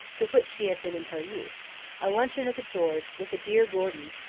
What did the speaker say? to which she had been in her youth a luncheon at the george, with the dear gordons,